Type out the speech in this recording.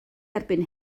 erbyn